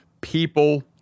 People